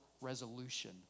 resolution